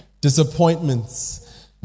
Disappointments